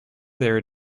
their